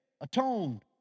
atoned